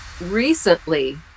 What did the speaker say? recently